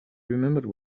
remembered